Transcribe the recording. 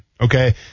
Okay